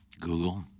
Google